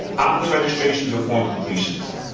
opt-in registrations or form completions.